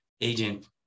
agent